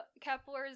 Kepler's